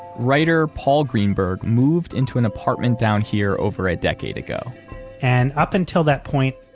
writer paul greenberg moved into an apartment down here over a decade ago and up until that point,